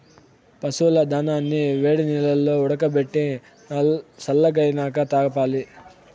పశువుల దానాని వేడినీల్లో ఉడకబెట్టి సల్లగైనాక తాపాలి